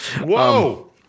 Whoa